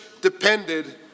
depended